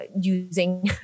using